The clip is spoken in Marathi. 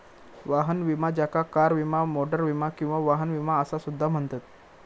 वाहन विमा ज्याका कार विमा, मोटार विमा किंवा वाहन विमा असा सुद्धा म्हणतत